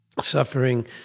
suffering